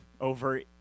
Over